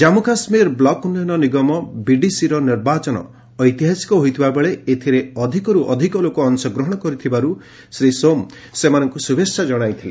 Jammu Kashmir block ଉନ୍ନୟନ ନିଗମ ବିଡିସିର ନିର୍ବାଚନ ଐତିହାସିକ ହୋଇଥିବା ବେଳେ ଏଥିରେ ଅଧିକରୁ ଅଧିକ ଲୋକ ଅଂଶଗ୍ରହଣ କରିଥିବାରୁ ଶ୍ରୀ ସୋମ ସେମାନଙ୍କୁ ଶୁଭେଚ୍ଛା ଜଣାଇଥିଲେ